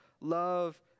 love